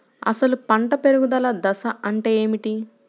అసలు పంట పెరుగుదల దశ అంటే ఏమిటి?